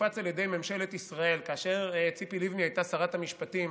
שהופץ על ידי ממשלת ישראל כאשר ציפי לבני הייתה שרת המשפטים